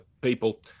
people